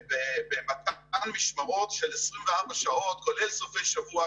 באותן משמרות של 24 שעות כולל סופי שבוע,